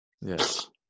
yes